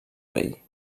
rei